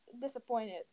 disappointed